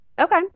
Okay